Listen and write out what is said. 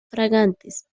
fragantes